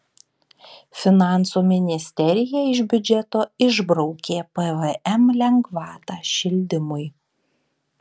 finansų ministerija iš biudžeto išbraukė pvm lengvatą šildymui